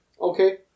Okay